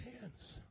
hands